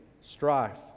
strife